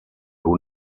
who